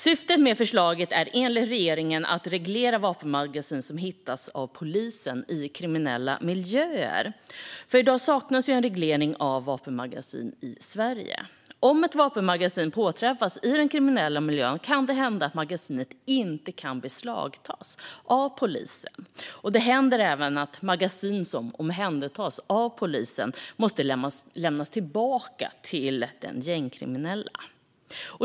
Syftet med förslaget är enligt regeringen att man ska reglera vapenmagasin som hittas av polisen i kriminella miljöer. I dag saknas reglering av vapenmagasin i Sverige. Om ett vapenmagasin påträffas i en kriminell miljö kan det hända att magasinet inte kan beslagtas av polisen. Det händer även att magasin som omhändertagits av polisen måste lämnas tillbaka till den gängkriminella.